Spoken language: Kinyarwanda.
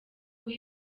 guha